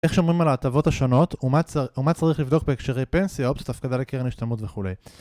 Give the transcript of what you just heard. איך שומרים על ההטבות השונות ומה צריך לבדוק בהקשרי פנסיה, אופציות, הפקדה לקרן השתלמות וכו'.